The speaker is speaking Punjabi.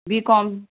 ਬੀਕੌਮ